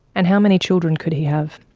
and how many children could he have?